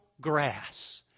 grass